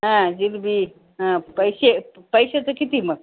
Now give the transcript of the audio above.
हा जिलेबी हा पैसे पैशाचं किती मग